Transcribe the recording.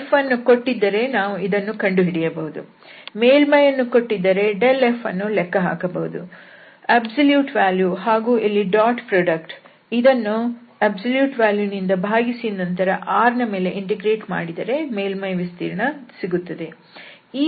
f ಅನ್ನು ಕೊಟ್ಟಿದ್ದರೆ ನಾವು ಇದನ್ನು ಕಂಡುಹಿಡಿಯಬಹುದು ಮೇಲ್ಮೈಯನ್ನು ಕೊಟ್ಟಿದ್ದರೆ ∇f ಅನ್ನು ಲೆಕ್ಕಹಾಕಬಹುದು ಸಂಪೂರ್ಣ ಮೌಲ್ಯ ಹಾಗೂ ಇಲ್ಲಿ ಡಾಟ್ ಪ್ರಾಡಕ್ಟ್ ಇದನ್ನು ಸಂಪೂರ್ಣ ಮೌಲ್ಯ ದಿಂದ ಭಾಗಿಸಿ ನಂತರ R ನ ಮೇಲೆ ಇಂಟಿಗ್ರೇಟ್ ಮಾಡಿದರೆ ಮೇಲ್ಮೈ ವಿಸ್ತೀರ್ಣ ಸಿಗುತ್ತದೆ